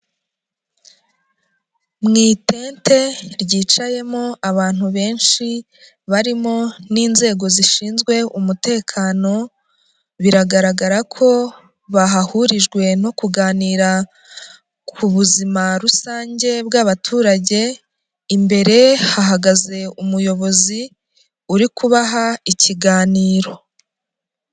Mu itente ryicayemo abantu benshi barimo n'inzego zishinzwe umutekano biragaragara ko bahahurijwe no kuganira ku buzima rusange bw'abaturage imbere hahagaze umuyobozi urikuha ikiganiro.